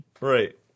Right